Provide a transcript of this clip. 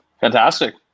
Fantastic